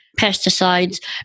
pesticides